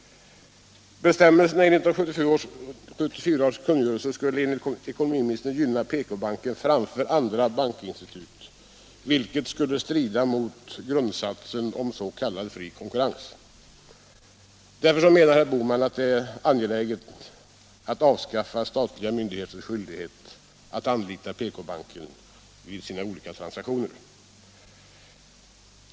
Bestämmelserna i 1974 års kungörelse skulle enligt ekonomiministern gynna PK-banken framför andra bankinstitut, vilket skulle strida mot grundsatsen om s.k. fri konkurrens. Herr Bohman menar att det därför är angeläget att avskaffa statliga myndigheters skyldighet att anlita PK-banken vid sina olika transaktioner.